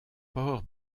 ports